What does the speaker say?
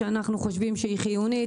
שאנחנו חושבים שהיא חיונית.